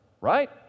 right